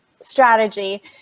strategy